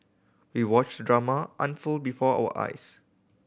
we watched drama unfold before our eyes